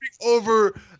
over